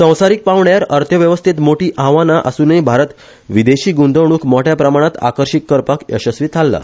संवसारिक पावड्यार अर्थव्यवस्थेत मोठी आव्हाना आसुनुय भारत विदेशी गुंतवणुक मोठ्या प्रमाणात आकर्षित करपाक यशस्वी थारला